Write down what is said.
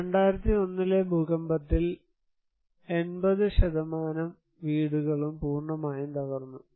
2001 ലെ ഭൂകമ്പത്തിൽ 80 വീടുകളും പൂർണ്ണമായും തകർന്നു